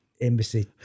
embassy